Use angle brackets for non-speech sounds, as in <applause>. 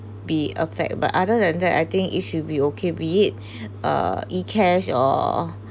be effect but other than that I think it should be okay be it <breath> uh e-cash or